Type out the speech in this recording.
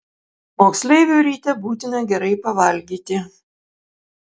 moksleiviui ryte būtina gerai pavalgyti